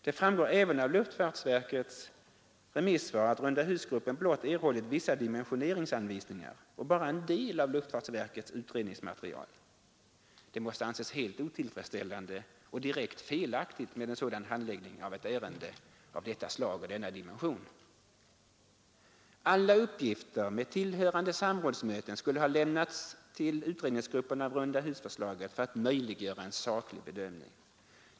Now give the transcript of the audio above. Det framgår även av luftfartsverkets remissvar att rundahusgruppen blott erhållit vissa dimensioneringsanvisningar och bara en del av luftfartsverkets utredningsmaterial. Det måste anses helt otillfredsställande och direkt felaktigt med en sådan handläggning av ett ärende av detta slag och denna dimension. Alla uppgifter med tillhörande handlingar från samrådsmöten skulle ha lämnats till utredningsgruppen för rundahusförslaget för att möjliggöra en saklig bedömning.